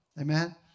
Amen